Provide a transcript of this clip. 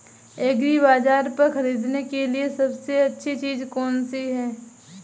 एग्रीबाज़ार पर खरीदने के लिए सबसे अच्छी चीज़ कौनसी है?